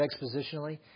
expositionally